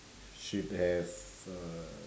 should have uh